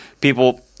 People